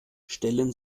stellen